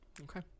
Okay